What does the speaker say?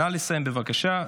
נא לסיים, בבקשה.